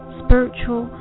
spiritual